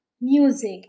music